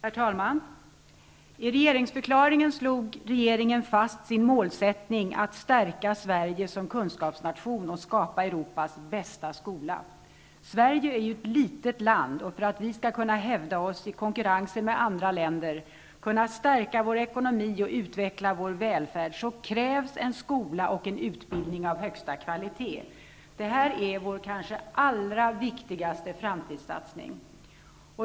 Herr talman! I regeringsförklaringen slog regeringen fast sin målsättning att stärka Sverige som kunskapsnation och skapa Europas bästa skola. Sverige är ju ett litet land, och för att vi skall kunna hävda oss i konkurrensen med andra länder, kunna stärka vår ekonomi och utveckla vår välfärd, krävs en skola och en utbildning av allra högsta kvalitet. Detta är kanske vår viktigaste framtidssatsning.